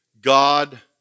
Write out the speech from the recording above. God